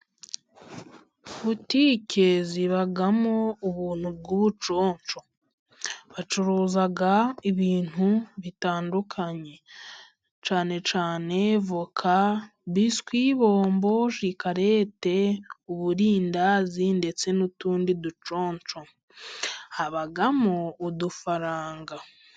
Butike zibamo ubuntu bw'ubuconco bacuruza ibintu bitandukanye, cyane cyane voka, biswi, bombo, shikarete, uburindazi ndetse n'utundi duconco. Habamo udufaranga.